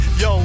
yo